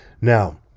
now